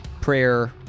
prayer